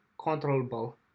controllable